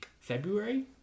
February